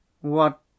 What